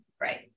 right